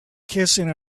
kissing